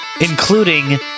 including